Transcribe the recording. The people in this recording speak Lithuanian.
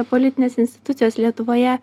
politinės institucijos lietuvoje